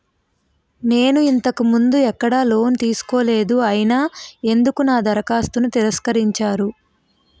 నేను ఇంతకు ముందు ఎక్కడ లోన్ తీసుకోలేదు అయినా ఎందుకు నా దరఖాస్తును తిరస్కరించారు?